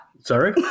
Sorry